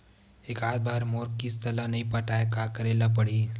एकात बार मोर किस्त ला नई पटाय का करे ला पड़ही?